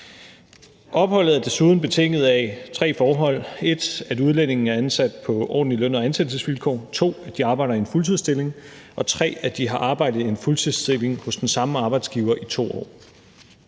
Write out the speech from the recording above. Opholdet er desuden betinget af tre forhold: 1) at udlændingene er ansat på ordentlige løn- og ansættelsesvilkår, 2) at de arbejder i en fuldtidsstilling, og 3) at de har arbejdet i en fuldtidsstilling hos den samme arbejdsgiver i 2 år.